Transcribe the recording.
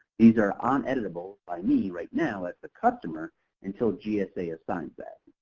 these are uneditable by me right now as the customer until gsa assigns that.